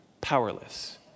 powerless